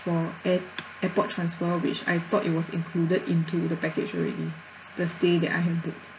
for air~ airport transfer which I thought it was included into the package already the stay that I have booked